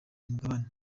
mugabane